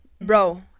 bro